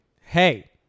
hey